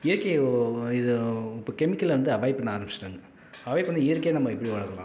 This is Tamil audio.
இயற்கை இது இப்போ கெமிக்கலை வந்து அவாய்ட் பண்ண ஆரம்பிச்சிட்டாங்க அவாய்ட் பண்ண இயற்கையாக நம்ம எப்படி வளர்க்கலாம்